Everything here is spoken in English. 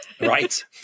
right